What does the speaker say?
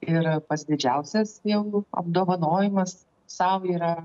ir pats didžiausias jeigu apdovanojimas sau yra